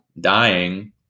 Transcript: dying